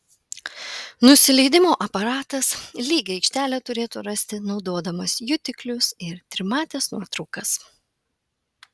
nusileidimo aparatas lygią aikštelę turėtų rasti naudodamas jutiklius ir trimates nuotraukas